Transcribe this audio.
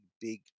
big